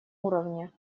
уровне